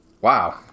wow